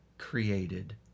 created